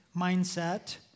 mindset